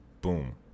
boom